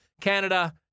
Canada